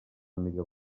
millor